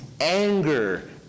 anger